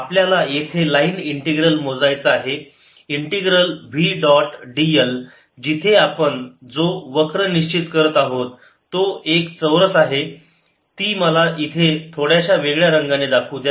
आपल्याला येथे line integral मोजायचा आहे इंटिग्रल v डॉट dl जिथे आपण जो वक्र निश्चित करत आहोत तो एक चौरस आहे ती मला इथे थोड्याशा वेगळ्या रंगाने दाखवू द्या